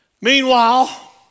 Meanwhile